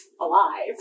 alive